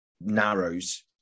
narrows